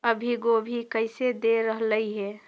अभी गोभी कैसे दे रहलई हे?